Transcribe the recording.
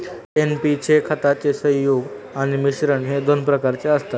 NP चे खताचे संयुग आणि मिश्रण हे दोन प्रकारचे असतात